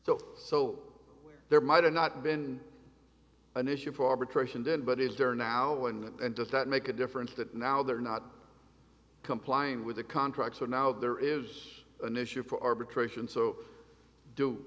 so so there might have not been an issue for arbitration then but is there now and does that make a difference that now they're not complying with the contract so now there is an issue for arbitration so do